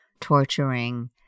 torturing